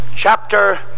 Chapter